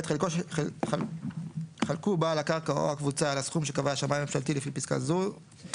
(ב) חלקו בעל הקרקע או הקבוצה על הסכום שקבע השמאי הממשלתי לפי פסקה זו,